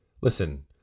Listen